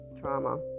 trauma